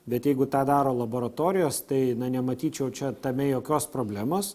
bet jeigu tą daro laboratorijos tai na nematyčiau čia tame jokios problemos